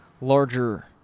larger